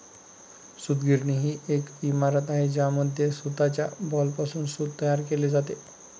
सूतगिरणी ही एक इमारत आहे ज्यामध्ये सूताच्या बॉलपासून सूत तयार केले जाते